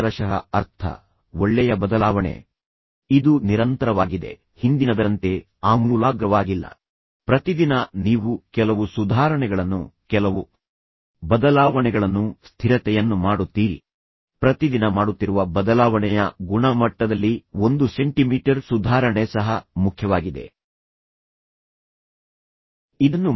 ಮತ್ತು ಶಿಲ್ಪಳ ವಿಷಯದಲ್ಲಿ ಆಕೆಯು ತನ್ನನ್ನು ಪ್ರೀತಿಸಿದ ಯಾರೊಂದಿಗಾದರೂ ವಾಸಿಸಲು ಸಾಧ್ಯವಾಗದಿದ್ದರೆ ಮತ್ತು ನಂತರ ಕುಟುಂಬ ಬಿಟ್ಟು ಮತ್ತು ಅಲ್ಲಿಗೆ ಬಂದು ನಂತರ ಸೇರಿಕೊಂಡು ತುಂಬಾ ಸಂತೋಷಪಡಿಸಿದನು ಮೆಟ್ರೋಪಾಲಿಟನ್ ರೀತಿಯ ವಾತಾವರಣ ನೀಡಿದನು ಅವನು ಅವಳ ಪರವಾಗಿದ್ದನು